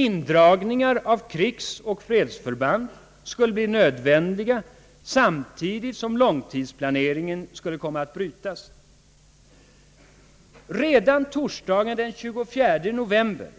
Indragningar av krigsoch fredsförband skulle bli nödvändiga, samtidigt som långtidsplaneringen skulle komma att brytas. Torsdagen den 24 november,